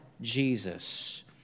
Jesus